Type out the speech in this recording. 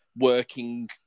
working